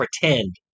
pretend